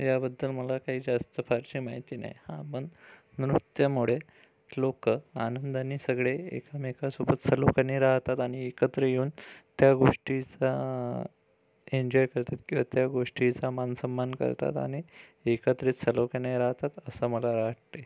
याबद्दल मला काही जास्त फारशी माहिती नाही हां मन म्हणून त्यामुळे लोक आनंदाने सगळे एकमेकांसोबत सलोख्याने राहतात आणि एकत्र येऊन त्या गोष्टीचा एन्जॉय करतात किंवा त्या गोष्टीचा मानसन्मान करतात आणि एकत्रित सलोख्याने राहतात असं मला वाटते